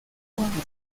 juan